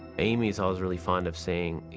amy was always really fond of saying, you